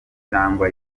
cyangwa